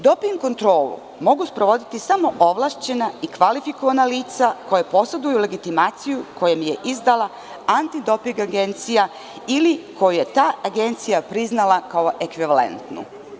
Doping kontrolu mogu sprovoditi samo ovlašćena i kvalifikovana lica koja poseduju legitimaciju koju im je izdala Antidoping agencija ili koju je ta agencija priznala kao ekvivalentnu.